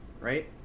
right